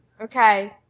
Okay